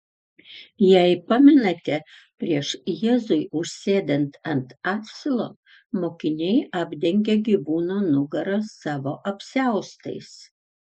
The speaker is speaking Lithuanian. jei pamenate prieš jėzui užsėdant ant asilo mokiniai apdengia gyvūno nugarą savo apsiaustais